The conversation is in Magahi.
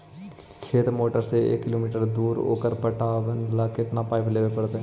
खेत मोटर से एक किलोमीटर दूर है ओकर पटाबे ल केतना पाइप लेबे पड़तै?